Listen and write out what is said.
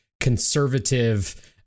conservative